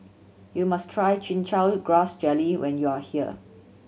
you must try Chin Chow Grass Jelly when you are here